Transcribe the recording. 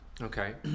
okay